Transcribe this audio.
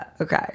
okay